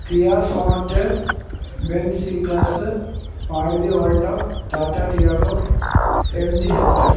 Kia sonnet Benz C class Maruti alto Tata Tiago MG hector